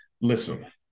Listen